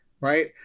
Right